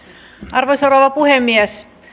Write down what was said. arvoisa rouva puhemies